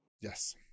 Yes